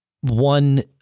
one